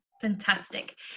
fantastic